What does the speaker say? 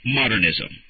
modernism